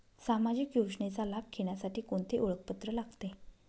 सामाजिक योजनेचा लाभ घेण्यासाठी कोणते ओळखपत्र लागते?